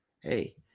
Hey